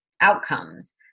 outcomes